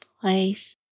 place